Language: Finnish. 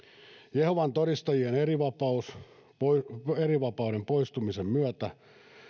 jehovan todistajien erivapauden poistumisen myötä